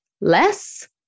less